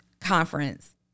conference